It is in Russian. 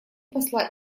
посла